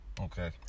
Okay